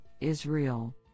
Israel